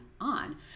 on